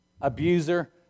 abuser